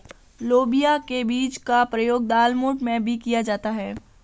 लोबिया के बीज का प्रयोग दालमोठ में भी किया जाता है